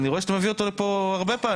אני רואה שאתה מביא אותו לפה הרבה פעמים,